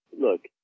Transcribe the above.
look